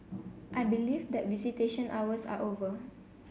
i believe that visitation hours are over